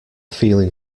feeling